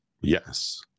Yes